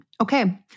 Okay